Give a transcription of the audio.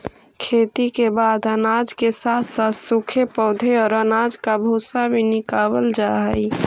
खेती के बाद अनाज के साथ साथ सूखे पौधे और अनाज का भूसा भी निकावल जा हई